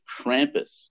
krampus